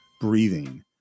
breathing